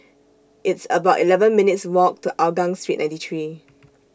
It's about eleven minutes' Walk to Hougang Street ninety three